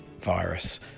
virus